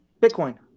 Bitcoin